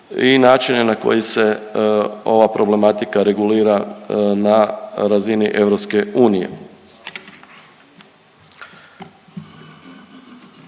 i način na koji se ova problematika regulira na razini EU.